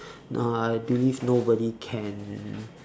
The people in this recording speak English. nah I believe nobody can